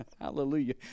hallelujah